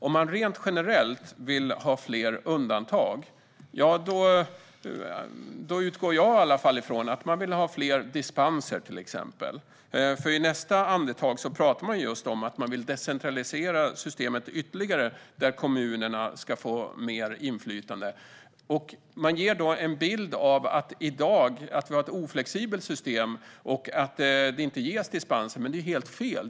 Om man rent generellt vill ha fler undantag utgår i alla fall jag från att man vill ha till exempel fler dispenser. I nästa andetag talar man nämligen just om att man vill decentralisera systemet ytterligare och att kommunerna ska få mer inflytande. Man ger då en bild av att vi i dag har ett oflexibelt system och att det inte ges dispenser. Men det är helt fel.